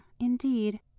indeed